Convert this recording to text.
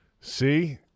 See